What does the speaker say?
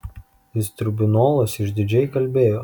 jis tribunoluos išdidžiai kalbėjo